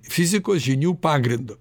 fizikos žinių pagrindu